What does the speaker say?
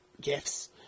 gifts